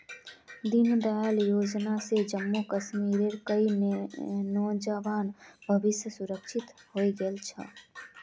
दीनदयाल योजना स जम्मू कश्मीरेर कई नौजवानेर भविष्य सुरक्षित हइ गेल छ